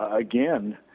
again